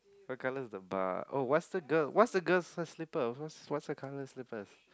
what colour is the bar oh what's the girl what's the girl's slippers what's what's the colour of her slippers